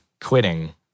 quitting